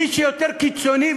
מי שיותר קיצוני,